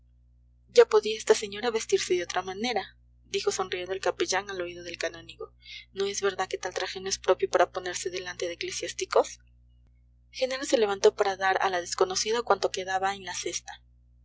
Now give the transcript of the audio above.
ya podía esta señora vestirse de otra manera dijo sonriendo el capellán al oído del canónigo no es verdad que tal traje no es propio para ponerse delante de eclesiásticos genara se levantó para dar a la desconocida cuanto quedaba en la cesta